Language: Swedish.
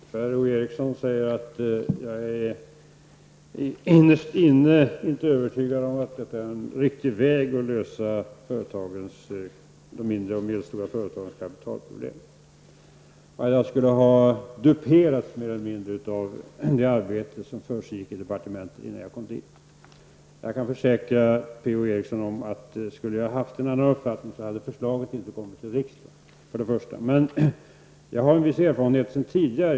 Fru talman! Per-Ola Eriksson säger att jag innerst inne är övertygad om att det inte är en riktig väg att lösa de mindre och medelstora företagens kapitalproblem och att jag mer eller mindre skulle ha duperats av det arbete som försiggick i departementet innan jag tillträdde. Jag kan försäkra Per-Ola Eriksson om att ifall jag skulle ha haft en annan uppfattning så hade förslaget inte kommit till riksdagen. Jag har en viss erfarenhet sedan tidigare.